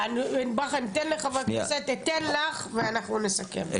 אתן לחברי הכנסת, אתן לך ואנחנו נסכם.